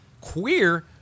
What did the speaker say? queer—